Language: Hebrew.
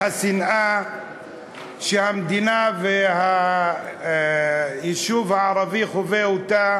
השנאה שהמדינה והיישוב הערבי חווים אותה